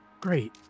Great